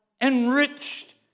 enriched